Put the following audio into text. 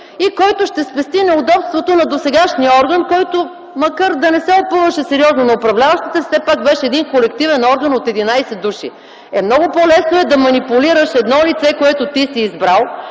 и който ще спести неудобството на досегашния орган, който макар и да не се опъваше сериозно на управляващите, все пак беше един колективен орган от 11 души. Много по-лесно е да манипулираш едно лице, което ти си избрал